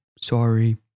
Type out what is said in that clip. sorry